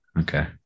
Okay